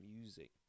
music